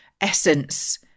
essence